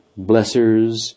blessers